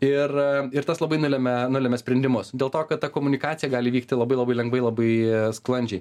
ir ir tas labai nulemia nulemia sprendimus dėl to kad ta komunikacija gali vykti labai labai lengvai labai sklandžiai